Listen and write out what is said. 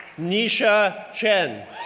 nixia chen,